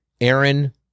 Aaron